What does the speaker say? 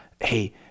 hey